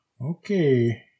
Okay